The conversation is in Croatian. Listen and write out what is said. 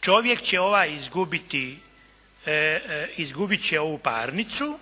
Čovjek će ovaj izgubiti, izgubit će ovu parnicu.